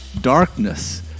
darkness